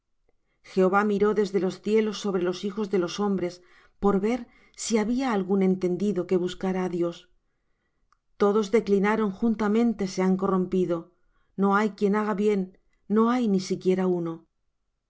jehová miró desde los cielos sobre los hijos de los hombres por ver si había algún entendido que buscara á dios todos declinaron juntamente se han corrompido no hay quien haga bien no hay ni siquiera uno